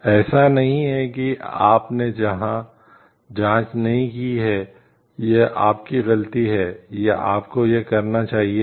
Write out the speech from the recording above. ऐसा नहीं है कि आपने जाँच नहीं की है यह आपकी गलती है या आपको यह करना चाहिए था